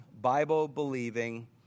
Bible-believing